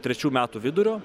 trečių metų vidurio